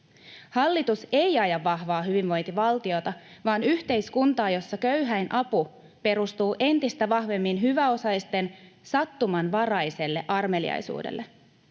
Hallitus ei aja vahvaa hyvinvointivaltiota vaan yhteiskuntaa, jossa köyhäinapu perustuu entistä vahvemmin hyväosaisten sattumanvaraiselle armeliaisuudelle